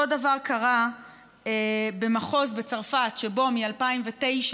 אותו דבר קרה במחוז בצרפת שבו ב-2009